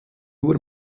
nur